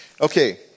Okay